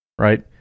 right